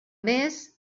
més